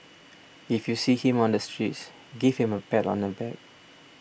if you see him on the streets give him a pat on the back